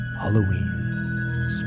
halloween